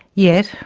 yet,